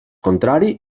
contrari